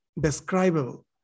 describable